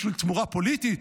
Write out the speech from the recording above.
בשביל תמורה פוליטית?